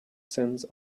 sense